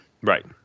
Right